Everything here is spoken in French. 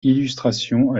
illustrations